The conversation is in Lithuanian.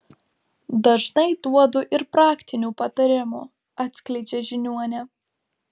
dažnai duodu ir praktinių patarimų atskleidžia žiniuonė